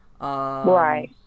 right